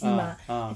ah ah